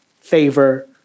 favor